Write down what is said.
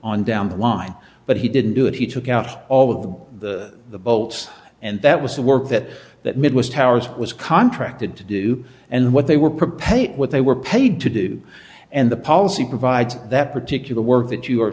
on down the line but he didn't do it he took out all of the bolts and that was the work that that midwest ours was contracted to do and what they were paid what they were paid to do and the policy provides that particular work that you are